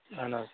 اَہن حظ